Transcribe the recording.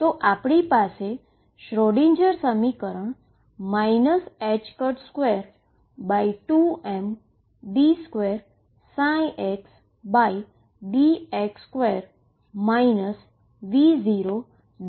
તો આપણી પાસે શ્રોડિંજર સમીકરણ 22md2xdx2 V0xxEψ છે